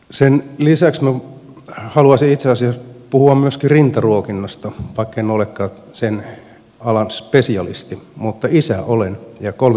sen lisäksi minä haluaisin itse asiassa puhua myöskin rintaruokinnasta vaikken olekaan sen alan spesialisti mutta isä olen ja kolme poikaa minulla on